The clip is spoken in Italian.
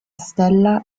stella